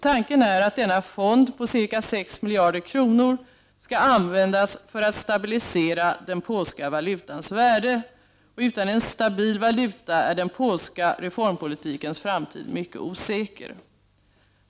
Tanken är att denna fond på cirka sex miljarder kronor skall användas för att stabilisera den polska valutans värde. Och utan en stabil valuta är den polska reformpolitikens framtid mycket osäker.